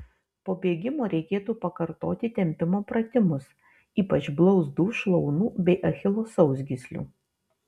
po bėgimo reikėtų pakartoti tempimo pratimus ypač blauzdų šlaunų bei achilo sausgyslių